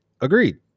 agreed